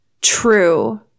true